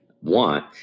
want